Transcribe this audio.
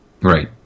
Right